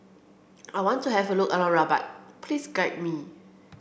I want to have a look around Rabat please guide me